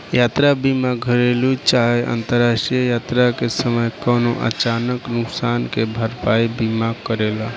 यात्रा बीमा घरेलु चाहे अंतरराष्ट्रीय यात्रा के समय कवनो अचानक नुकसान के भरपाई बीमा करेला